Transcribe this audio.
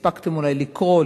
הספקתם אולי לקרוא,